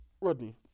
Rodney